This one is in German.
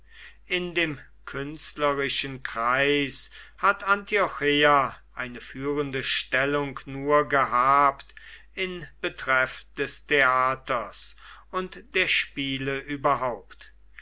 in dem künstlerischen kreis hat antiocheia eine führende stellung nur gehabt in betreff des theaters und der spiele überhaupt